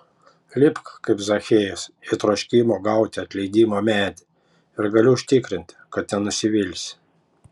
lipk kaip zachiejus į troškimo gauti atleidimą medį ir galiu užtikrinti kad nenusivilsi